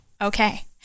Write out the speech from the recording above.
okay